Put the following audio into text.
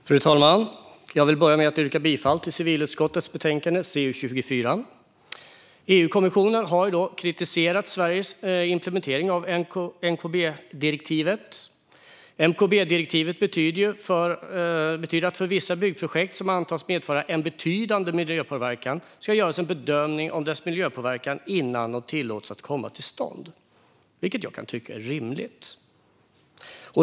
Fru talman! Jag vill börja med att yrka bifall till förslaget i civilutskottets betänkande CU24. EU-kommissionen har kritiserat Sveriges implementering av MKB-direktivet. MKB-direktivet innebär att för vissa byggprojekt som antas medföra en betydande miljöpåverkan ska göras en bedömning av deras miljöpåverkan innan de tillåts komma till stånd, vilket jag kan tycka är rimligt.